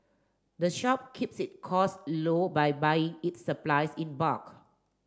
the shop keeps it costs low by buying its supplies in bulk